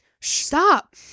stop